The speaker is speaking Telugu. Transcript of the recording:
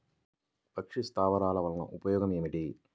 పక్షి స్థావరాలు వలన ఉపయోగం ఏమిటి?